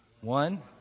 one